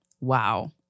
Wow